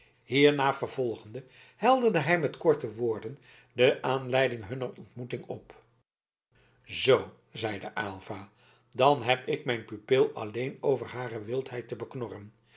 hierna vervolgende helderde hij met korte woorden de aanleiding hunner ontmoeting op zoo zeide aylva dan heb ik mijn pupil alleen over hare wildheid te beknorren